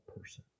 person